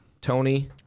Tony